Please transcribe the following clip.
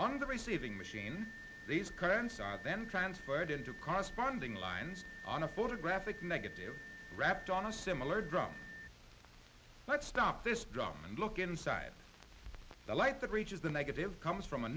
on the receiving machine these currents are then transferred into corresponding lines on a photographic negative wrapped on a similar drum let's stop this drum and look inside the light that reaches the negative comes from a